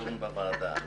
בוועדה שלך.